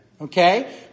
Okay